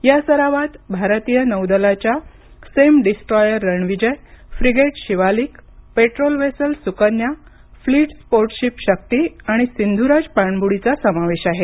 या सरावात भारतीय नौदलाच्या सेम destroyer Ranvijay frigate Shivalik patrol vessel Sukanya fleets पोर्टशिप शक्ती आणि सिंधुराज पाणबुडीचा समावेश आहे